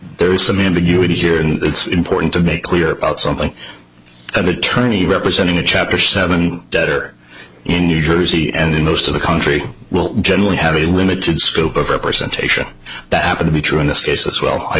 there is some ambiguity here and it's important to make clear about something that attorney representing a chapter seven debtor in new jersey and in most of the country will generally have a limited scope of representation that happen to be true in this case as well i